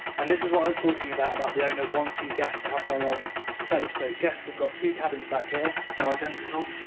and this is what i was talking about, about the owner wanting guests to have their own space, so guests have got two cabins back here, they're identical,